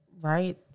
Right